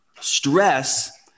stress